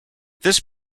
this